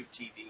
TV